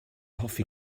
hoffi